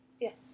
Yes